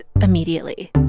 immediately